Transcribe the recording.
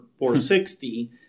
460